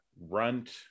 runt